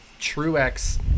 Truex